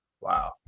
Wow